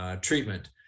treatment